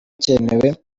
cyemewe